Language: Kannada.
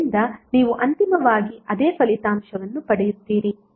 ಆದ್ದರಿಂದ ನೀವು ಅಂತಿಮವಾಗಿ ಅದೇ ಫಲಿತಾಂಶವನ್ನು ಪಡೆಯುತ್ತೀರಿ